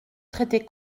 traiter